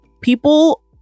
people